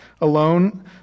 alone